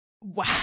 Wow